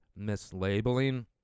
mislabeling